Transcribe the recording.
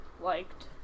liked